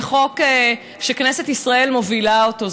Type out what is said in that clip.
הוא חוק שכנסת ישראל מובילה אותו,